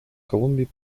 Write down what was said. колумбии